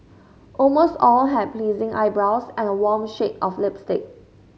almost all had pleasing eyebrows and a warm shade of lipstick